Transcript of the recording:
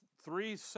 three